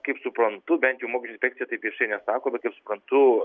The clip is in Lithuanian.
kaip suprantu bent jau mokesčių inpsekcija taip viešai nesako bet kaip suprantu